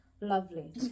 Lovely